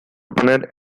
poner